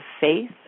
faith